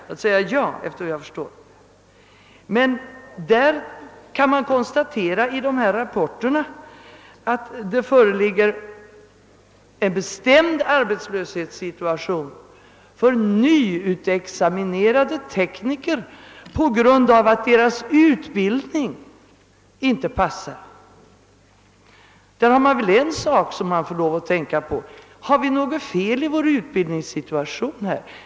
Man kan emellertid i arbetsmarknadsstyrelsens rapporter konstatera, att det föreligger en bestämd arbetslöshetssituation för nyexaminerade tekniker på grund av att deras utbildning inte passar. Där har man väl en sak som man får lov att tänka på. Är det något fel i vår utbildningssituation?